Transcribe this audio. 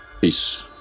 Peace